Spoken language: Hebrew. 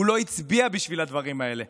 הוא לא הצביע בשביל הדברים האלה.